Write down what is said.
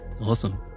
Awesome